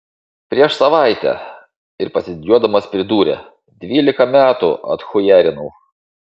prieš savaitę ir pasididžiuodamas pridūrė dvylika metų atchujarinau